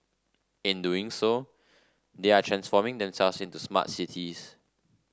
in doing so they are transforming themselves into smart cities